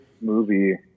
movie